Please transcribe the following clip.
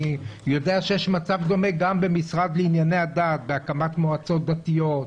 אני יודע שיש מצב דומה גם במשרד לענייני דת בהקמת מועצות דתיות,